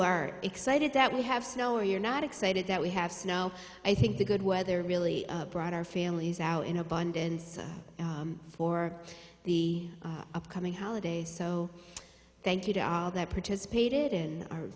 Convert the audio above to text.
the excited that we have snow or you're not excited that we have snow i think the good weather really brought our families out in abundance for the upcoming holiday so thank you to all that participated in our